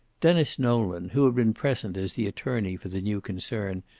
denis nolan, who had been present as the attorney for the new concern,